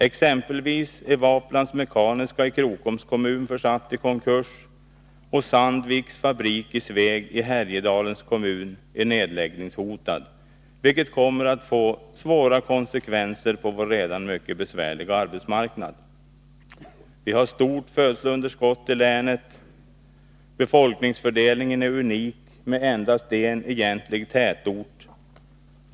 Exempelvis är Vaplans Mekaniska i Krokoms kommun försatt i konkurs, och Sandviks fabrik i Sveg i Härjedalens kommun är nedläggningshotad, vilket kommer att få svåra konsekvenser på vår redan mycket besvärliga arbetsmarknad. Vi har ett stort födelseunderskott i länet. Befolkningsfördelningen är unik med en enda egentlig tätort.